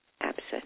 absent